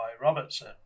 Robertson